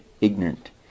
ignorant